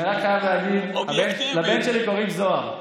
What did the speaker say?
סמי, אני רק חייב להגיד, לבן שלי קוראים זוהר.